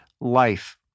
life